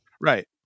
right